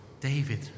David